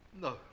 No